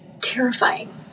terrifying